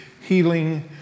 healing